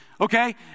Okay